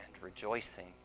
rejoicing